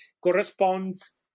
corresponds